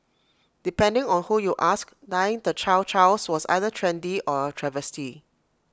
depending on who you ask dyeing the chow Chows was either trendy or A travesty